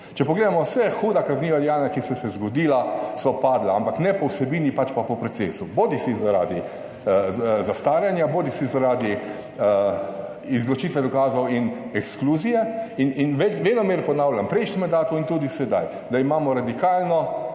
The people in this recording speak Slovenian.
Če pogledamo vsa huda kazniva dejanja, ki so se zgodila, so padla, ampak ne po vsebini, pač pa po procesu, bodisi zaradi zastaranja, bodisi zaradi izločitve dokazov in ekskluzije, in venomer ponavlja v prejšnjem mandatu in tudi sedaj, da imamo radikalno